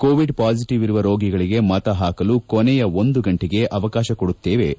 Covid positive ಇರುವ ರೋಗಿಗಳಿಗೆ ಮತ ಹಾಕಲು ಕೊನೆಯ ಒಂದು ಗಂಟೆಗೆ ಅವಕಾಶ ಕೊಡುತ್ತೇವೆ ಎಂದು ಡಾ